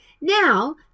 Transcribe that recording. Now